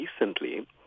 recently